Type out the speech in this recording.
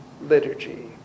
Liturgy